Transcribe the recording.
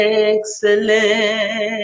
excellent